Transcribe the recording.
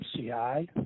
MCI